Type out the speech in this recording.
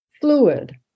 fluid